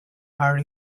are